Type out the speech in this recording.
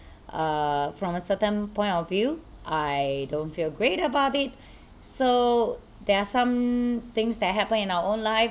uh from a certain point of view I don't feel great about it so there are some things that happened in our own lives